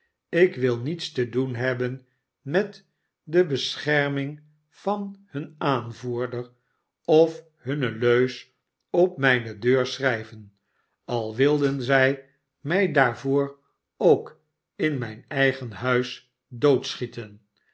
ik wil niets te doen hebben met de bescherming van hun aanvoerder of hunne leus op mijne deur schrijven al wilden zij mij daarvoor ook in mijn eigen huis doodschieten